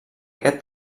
aquest